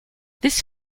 this